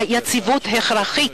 היציבות הכרחית,